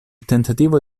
tentativo